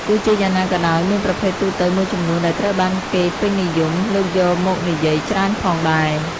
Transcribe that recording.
ទោះជាយ៉ាងណាក៏ដោយ មានប្រភេទទូទៅមួយចំនួនដែលត្រូវបានគេពេញនិយមលើកយកមកនិយាយច្រើនផងដែរ។